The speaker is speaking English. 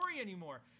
anymore